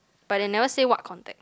but they never say what contact